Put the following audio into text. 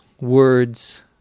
words